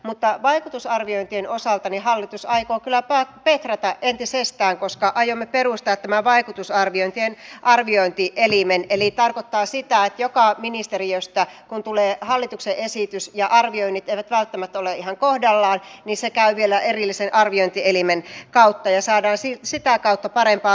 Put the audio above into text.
mutta vaikutusarviointien osalta hallitus aikoo kyllä petrata entisestään koska aiomme perustaa vaikutusarviointien arviointielimen eli se tarkoittaa sitä että kun joka ministeriöstä tulee hallituksen esitys ja arvioinnit eivät välttämättä ole ihan kohdallaan niin se käy vielä erillisen arviointielimen kautta ja saadaan sitä kautta parempaa lainsäädäntöä